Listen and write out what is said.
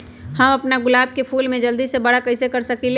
हम अपना गुलाब के फूल के जल्दी से बारा कईसे कर सकिंले?